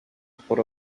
por